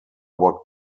what